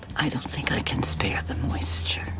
i don't think i can spare the moisture.